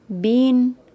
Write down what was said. Bean